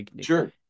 Sure